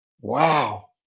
Wow